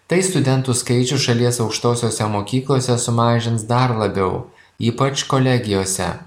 tai studentų skaičių šalies aukštosiose mokyklose sumažins dar labiau ypač kolegijose